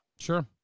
Sure